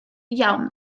iawn